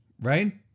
right